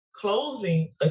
closing